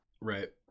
Right